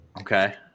Okay